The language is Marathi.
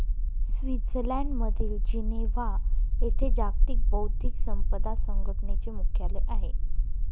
स्वित्झर्लंडमधील जिनेव्हा येथे जागतिक बौद्धिक संपदा संघटनेचे मुख्यालय आहे